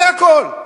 זה הכול.